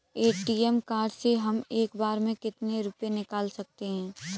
ATM card से हम एक बार में कितने रुपये निकाल सकते हैं?